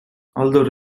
although